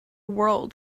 world